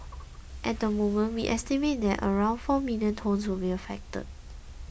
at the moment we estimate that around four million tonnes will be affected